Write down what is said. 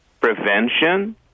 prevention